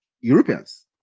Europeans